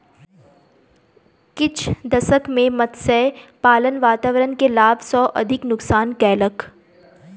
किछ दशक में मत्स्य पालन वातावरण के लाभ सॅ अधिक नुक्सान कयलक